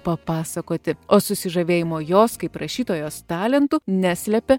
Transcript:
papasakoti o susižavėjimo jos kaip rašytojos talentu neslepia